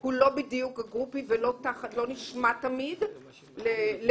הוא לא בדיוק הגרופי ולא נשמע תמיד למנהל,